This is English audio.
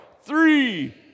three